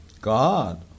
God